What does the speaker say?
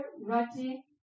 Rati